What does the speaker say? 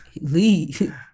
Leave